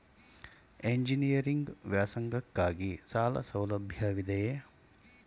Engineering ವ್ಯಾಸಂಗಕ್ಕಾಗಿ ಸಾಲ ಸೌಲಭ್ಯವಿದೆಯೇ?